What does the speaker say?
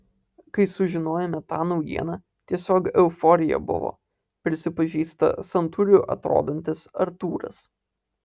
kai sužinojome tą naujieną tiesiog euforija buvo prisipažįsta santūriu atrodantis artūras